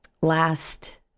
last